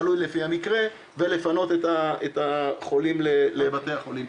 תלוי לפי המקרה ולפנות את החולים לבתי החולים,